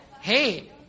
hey